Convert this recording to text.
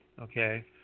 Okay